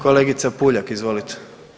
Kolegica Puljak, izvolite.